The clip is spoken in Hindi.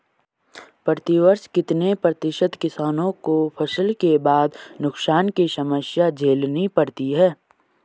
प्रतिवर्ष कितने प्रतिशत किसानों को फसल के बाद नुकसान की समस्या झेलनी पड़ती है?